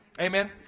Amen